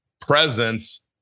presence